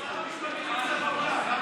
שר המשפטים נמצא באולם.